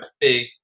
big